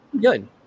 Good